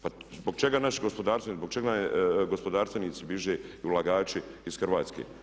Pa zbog čega naši gospodarstvenici, zbog čega gospodarstvenici bježe i ulagači iz Hrvatske?